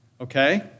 Okay